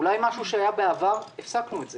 אולי משהו שהיה בעבר הפסקנו את זה.